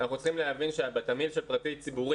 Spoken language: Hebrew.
אנחנו צריכים להבין שבתמהיל פרטי-ציבורי,